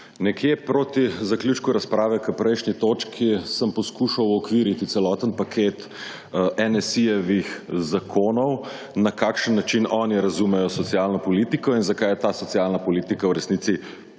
Nekje proti zaključku razprave k prejšnji točki sem poskušal uokviriti celoten paket NSi-jevi zakonov, na kakšen način oni razumejo socialno politiko in zakaj je ta socialna politika v resnici